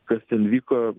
kas ten vyko